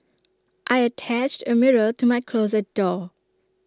I attached A mirror to my closet door